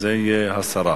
זה הסרה.